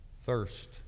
thirst